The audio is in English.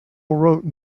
wrote